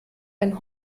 ein